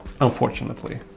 Unfortunately